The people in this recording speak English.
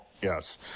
Yes